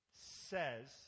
says